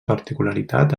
particularitat